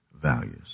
values